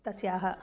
तस्याः